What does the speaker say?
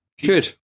Good